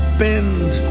bend